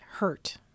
hurt